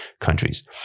countries